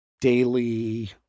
daily